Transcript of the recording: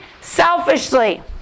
selfishly